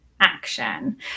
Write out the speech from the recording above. action